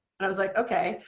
and i was like, okay.